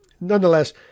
nonetheless